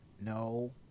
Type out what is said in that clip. No